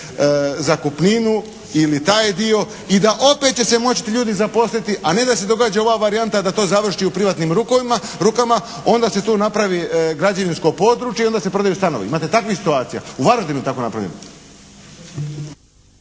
zakupninu ili taj dio i da opet će se moći ljudi zaposliti a ne da se događa ova varijanta da to završi u privatnim rukama, onda se tu napravi građevinsko područje i onda se prodaju stanovi. Imate takvih situacija. U Varaždinu je tako napravljeno.